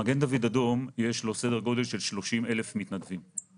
למגן דוד אדום יש סדר גודל של 30 אלף מתנדבים.